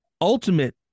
ultimate